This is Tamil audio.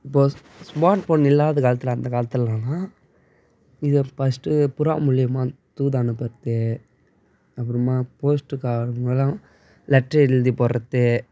இப்போது ஸ்மார்ட் ஃபோன் இல்லாத காலத்தில் அந்த காலத்திலல்லாம் இது ஃபஸ்ட்டு புறா மூலிமா தூது அனுப்பறது அப்புறமா போஸ்ட்டு கார்ட் மூலம் லெட்ரு எழுதி போடுறது